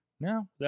no